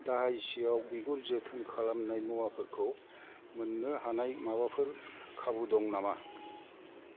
दाहायसियाव बिगुर जोथोन खालामनाय मुवाफोरखौ मोननो हानाय माबाफोर खाबु दं नामा